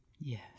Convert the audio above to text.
Yes